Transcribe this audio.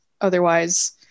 otherwise